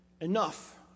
enough